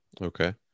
Okay